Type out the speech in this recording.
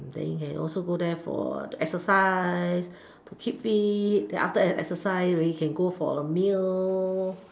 then you can also go there for exercise to keep fit then after exercise already can go for a meal